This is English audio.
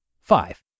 Five